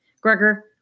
Gregor